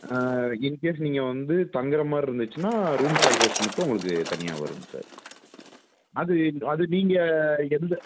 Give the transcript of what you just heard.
in case நீங்கள் வந்து தங்குறமாதிரி இருந்துச்சுனா ரூம் சார்ஜஸ் மட்டும் உங்களுக்கு தனியாக வருங்க சார் அது அது நீங்கள் எந்த